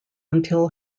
until